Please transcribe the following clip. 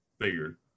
Figured